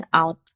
out